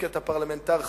כי אתה פרלמנטר חרוץ,